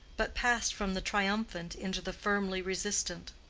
but passed from the triumphant into the firmly resistant.